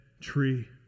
tree